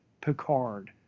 Picard